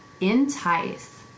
entice